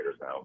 Now